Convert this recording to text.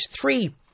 three